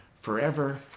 forever